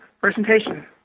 presentation